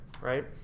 right